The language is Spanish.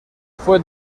fue